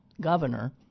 governor